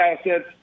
assets